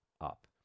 up